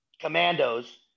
commandos